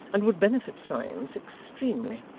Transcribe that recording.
and would benefit science extremely.